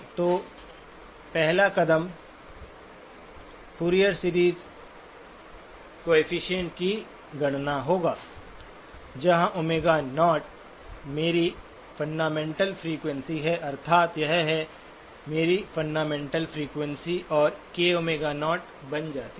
तो पहला कदम फूरियर सीरीज़ कोएफ़िशिएंट की गणना होगा जहां Ω0 मेरी फँडामेन्टल फ्रीक्वेंसी है अर्थात यह है मेरी फँडामेन्टल फ्रीक्वेंसी और k Ω0 बन जाती है